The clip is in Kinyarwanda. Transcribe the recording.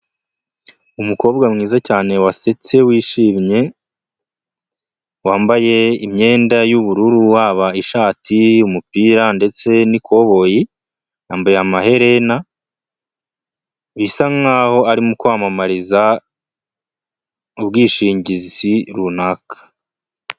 Umukobwa mwiza cyane wasetse wishimye, wambaye imyenda y'ubururu, waba ishati umupira ndetse n'ikoboyi, yambaye amaherena, bisa nkaho arimo kwamamariza ubwishingizi runaka.